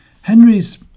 Henry's